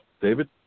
David